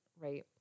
Right